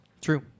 True